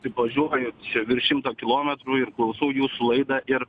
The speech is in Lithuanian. taip važiuoju čia virš šimto kilometrų ir klausau jūsų laidą ir